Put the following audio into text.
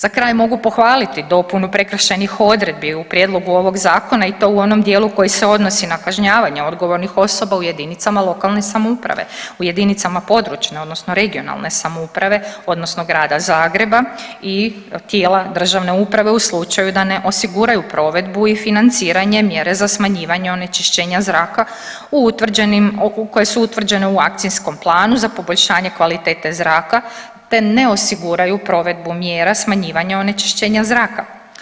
Za kraj mogu pohvaliti dopunu prekršajnih odredbi u prijedlogu ovog Zakona i to u onom dijelu koji se odnosi na kažnjavanje odgovornih osoba u jedinicama lokalne samouprave, u jedinicama područne (regionalne) samouprave, odnosno Grada Zagreba i tijela državne uprave u slučaju da ne osiguraju provedbu i financiranje mjere za smanjivanje onečišćenja zraka u utvrđenim, koje su utvrđene u akcijskom planu za poboljšanje kvalitete zraka te ne osiguraju provedbu mjera smanjivanja onečišćenja zraka.